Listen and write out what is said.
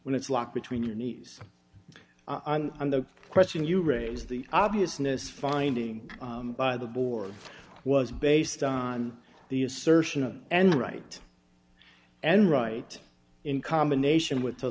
when it's locked between your knees on and the question you raise the obviousness finding by the board was based on the assertion of and right and right in combination with